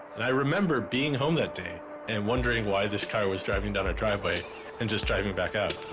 and i remember being home that day and wondering why this car was driving down our driveway and just driving back out,